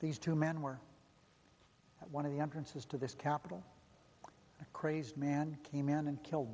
these two men were one of the entrances to this capital crazed man came in and kill